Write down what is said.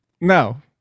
no